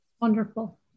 Wonderful